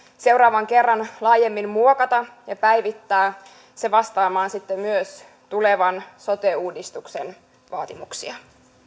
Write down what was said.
seuraavan kerran laajemmin muokata ja päivittää se vastaamaan myös tulevan sote uudistuksen vaatimuksia